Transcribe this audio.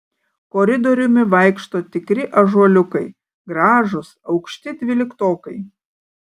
koridoriumi vaikšto tikri ąžuoliukai gražūs aukšti dvyliktokai